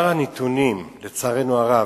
לצערנו הרב,